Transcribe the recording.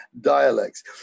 dialects